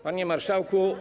Panie Marszałku!